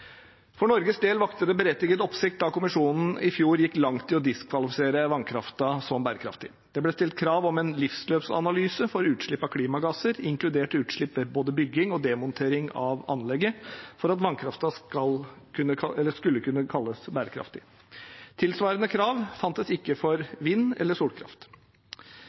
For Norges del vakte det berettiget oppsikt da Kommisjonen i fjor gikk langt i å diskvalifisere vannkraften som bærekraftig. Det ble stilt krav om en livsløpsanalyse for utslipp av klimagasser, inkludert utslipp ved både bygging og demontering av anlegget, for at vannkraften skulle kunne kalles bærekraftig. Tilsvarende krav fantes ikke for vind- eller solkraft.